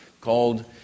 called